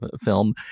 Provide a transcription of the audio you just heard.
film